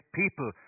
people